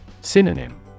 Synonym